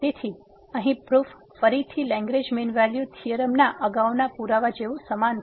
તેથી અહી પ્રૂફ ફરીથી લગ્રેન્જ મીન વેલ્યુ થીયોરમના અગાઉના પુરાવા જેવું સમાન છે